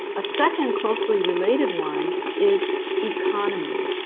a second closely related one is economy.